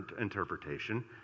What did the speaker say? interpretation